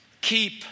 Keep